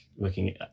looking